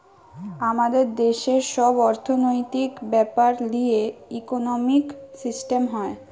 আমাদের দেশের সব অর্থনৈতিক বেপার লিয়ে ইকোনোমিক সিস্টেম হয়